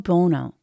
Bono